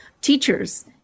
teachers